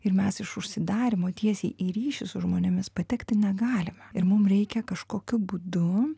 ir mes iš užsidarymo tiesiai į ryšį su žmonėmis patekti negalime ir mum reikia kažkokiu būdu